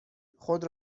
خود